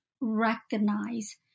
recognize